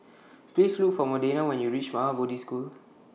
Please Look For Modena when YOU REACH Maha Bodhi School